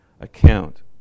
account